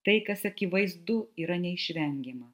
tai kas akivaizdu yra neišvengiama